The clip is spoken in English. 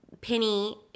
Penny